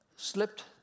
Slipped